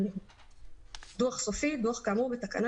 אחסון ומרכז בקרה וניהול; "דוח סופי" דוח כאמור בתקנה